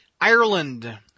Ireland